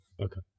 Okay